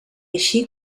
així